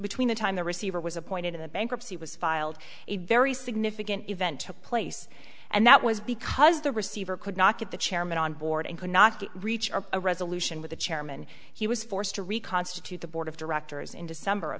between the time the receiver was appointed to the bankruptcy was filed a very significant event took place and that was because the receiver could not get the chairman on board and could not reach our a resolution with the chairman he was forced to reconstitute the board of directors in december